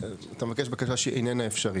אתה מבקש בקשה שאיננה אפשרית.